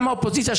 גם מהאופוזיציה,